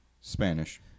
Spanish